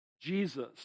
Jesus